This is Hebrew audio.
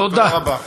תודה רבה.